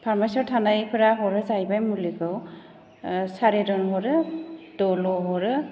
फार्मासियाव थानायफोरा हरो जाहैबाय मुलिखौ सारिधन हरो दल' हरो